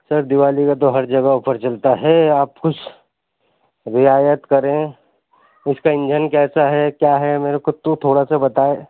سر دیوالی کا تو ہر جگہ آفر چلتا ہے آپ کچھ رعایت کریں اِس کا انجن کیسا ہے کیا ہے میرے کو تو تھوڑا سا بتائیں